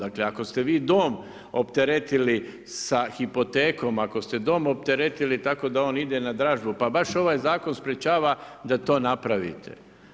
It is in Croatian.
Ako ste vi dom opteretili sa hipotekom, ako ste dom opteretili tako da on ide na dražbu, pa baš ovaj Zakon sprečava da to napravite.